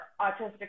autistic